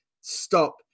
stop